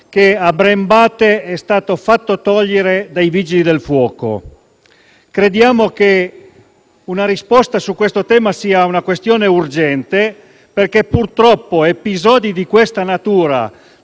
che a Brembate è stato fatto togliere dai Vigili del fuoco. Crediamo che una risposta sul tema sia urgente perché, purtroppo, episodi di questa natura